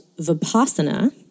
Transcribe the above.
Vipassana